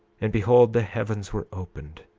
and behold, the heavens were opened,